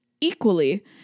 equally